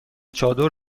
چادر